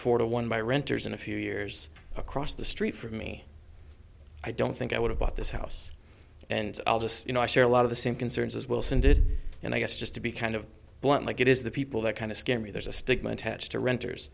four to one by renters in a few years across the street from me i don't think i would have bought this house and i'll just you know i share a lot of the same concerns as wilson did and i guess just to be kind of blunt like it is the people that kind of scare me there's a stigma attached to renters